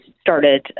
started